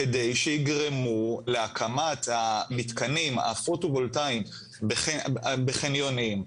כדי שיגרמו להקמת המתקנים הפוטו-וולטאים בחניונים,